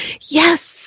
Yes